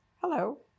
Hello